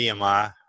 AMI